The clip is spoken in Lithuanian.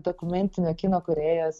dokumentinio kino kūrėjas